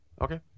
Okay